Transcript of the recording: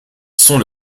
sont